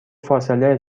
فاصله